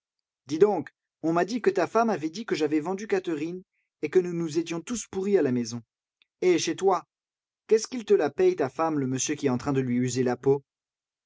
dis donc on m'a dit que ta femme avait dit que j'avais vendu catherine et que nous nous étions tous pourris à la maison et chez toi qu'est-ce qu'il te la paie ta femme le monsieur qui est en train de lui user la peau